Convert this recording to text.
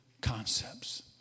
concepts